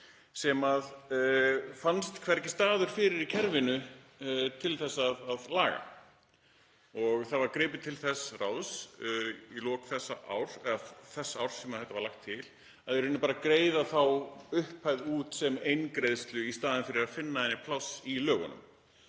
sem fannst hvergi staður fyrir í kerfinu til að laga. Þá var gripið til þess ráðs í lok þess árs sem þetta var lagt til að í rauninni greiða þá upphæð út sem eingreiðslu í staðinn fyrir að finna henni pláss í lögunum.